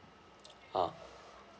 a'ah